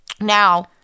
Now